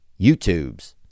YouTubes